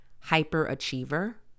hyper-achiever